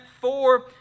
four